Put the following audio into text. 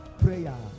Prayer